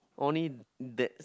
only that